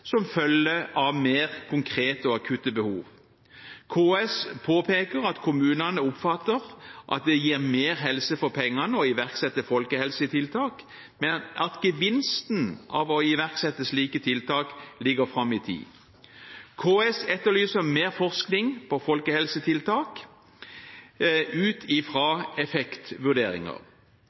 som følge av mer konkrete og akutte behov. KS påpeker at kommunene oppfatter at det gir mer helse for pengene å iverksette folkehelsetiltak, men at gevinsten av å iverksette slike tiltak ligger fram i tid. KS etterlyser mer forskning på folkehelsetiltak ut fra effektvurderinger.